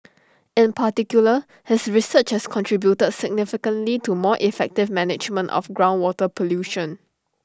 in particular his research has contributed significantly to more effective management of groundwater pollution